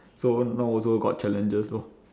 so now also got challenges loh